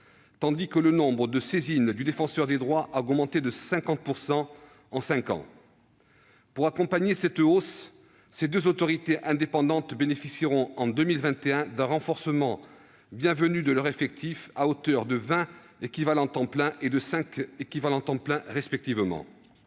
tandis que le nombre de saisines du Défenseur des droits a augmenté de 50 % en cinq ans. Pour accompagner cette hausse, ces deux autorités indépendantes bénéficieront, en 2021, d'un renforcement bienvenu de leurs effectifs, à hauteur, respectivement, de 20 ETP et de 5 ETP. Si ces nouvelles